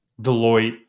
Deloitte